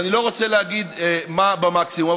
ואני לא רוצה להגיד מה במקסימום.